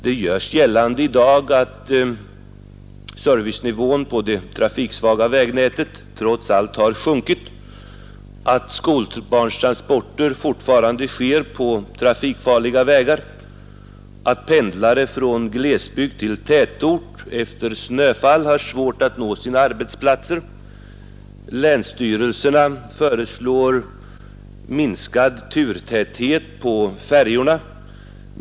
Det görs gällande i dag att servicenivån på det trafiksvaga vägnätet trots allt har sjunkit, att skolbarnstransporter fortfarande sker på trafikfarliga vägar, att människor som pendlar mellan glesbygd och tätort efter snöfall har svårt att nå sina arbetsplatser. Länsstyrelserna föreslår minskad turtäthet på färjorna.